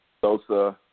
Sosa